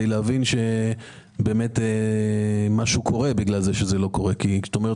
להבין שבאמת משהו יקרה אם זה לא יתקבל.